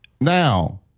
Now